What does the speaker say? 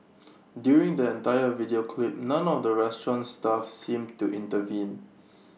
during the entire video clip none of the restaurant's staff seemed to intervene